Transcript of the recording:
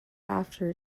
after